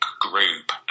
group